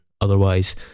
otherwise